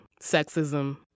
sexism